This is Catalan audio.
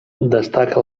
destaca